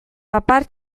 papar